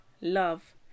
love